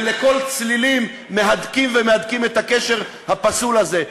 ולקול צלילים מהדקים ומהדקים את הקשר הפסול הזה.